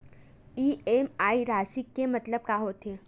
EMI राशि के मतलब का होथे?